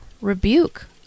rebuke